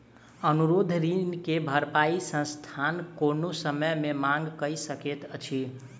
अनुरोध ऋण के भरपाई संस्थान कोनो समय मे मांग कय सकैत अछि